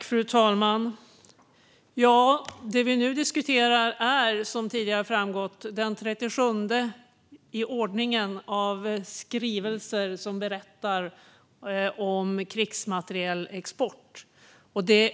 Fru talman! Det vi nu diskuterar är, som tidigare har framgått, den 37:e i ordningen av skrivelser som berättar om krigsmaterielexport.